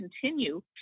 continue